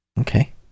Okay